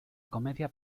comedia